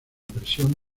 presión